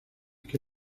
que